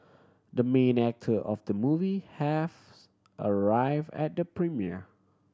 the main actor of the movie have arrive at the premiere